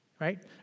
right